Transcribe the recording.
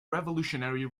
revolutionary